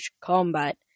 combat-